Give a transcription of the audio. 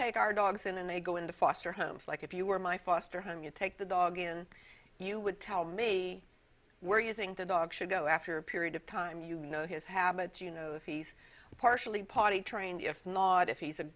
take our dogs in and they go into foster homes like if you were my foster home you take the dog and you would tell me where using the dog should go after a period of time you know his habits you know if he's partially potty trained if not if he's a